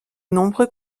nombreux